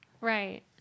right